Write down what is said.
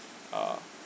uh